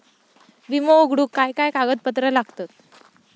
विमो उघडूक काय काय कागदपत्र लागतत?